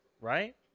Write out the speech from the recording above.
right